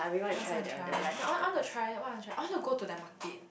I also want to try not I want I want to try what I want to try I want to go to their market